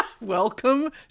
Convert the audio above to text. Welcome